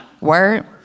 word